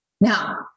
Now